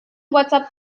whatsapp